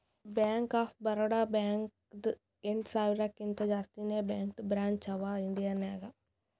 bank of Baroda ಬ್ಯಾಂಕ್ದು ಎಂಟ ಸಾವಿರಕಿಂತಾ ಜಾಸ್ತಿನೇ ಬ್ಯಾಂಕದು ಬ್ರ್ಯಾಂಚ್ ಅವಾ ಇಂಡಿಯಾ ನಾಗ್